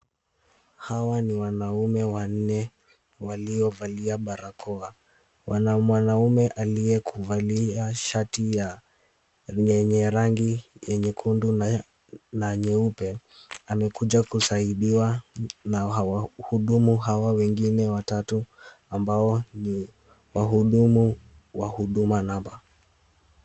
Hawa ni wanaume wanne waliovalia barakoa. Kuna mwanaume aliyevalia shati yenye rangi ya nyekundu na nyeupe amekuja kusaidiwa na wahudumu hawa wengine watatu ambao ni wahudumu wa huduma namba.